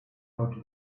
out